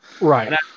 Right